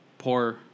Poor